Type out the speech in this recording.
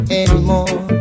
anymore